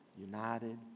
united